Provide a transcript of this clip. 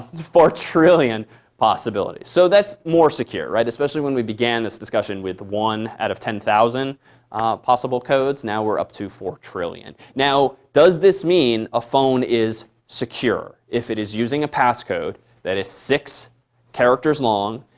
four trillion possibilities. so that's more secure, right? especially when we began this discussion with one out of ten thousand possible codes. now, we're up to four trillion. now, does this mean a phone is secure if it is using a passcode that is six characters long,